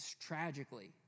tragically